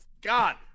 God